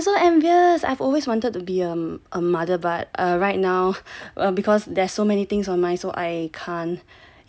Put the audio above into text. !wah! I'm so envious I've always wanted to be I'm a a mother but um right now because there's so many things on mind so I can't